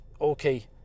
okay